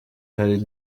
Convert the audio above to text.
hari